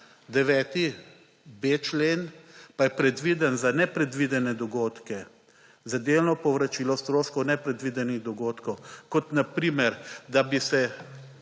9.b člen pa je predviden za nepredvidene dogodke, za delno povračilo stroškov nepredvidenih dogodkov kot na primer, da bi se